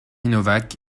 novák